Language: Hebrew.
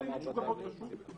- הם